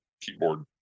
keyboard